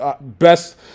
best